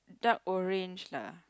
dark orange lah